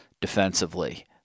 defensively